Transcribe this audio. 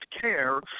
care